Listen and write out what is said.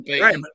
right